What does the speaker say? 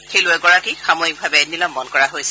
খেলুৱৈগৰাকীক সাময়িকভাৱে নিলম্বন কৰা হৈছে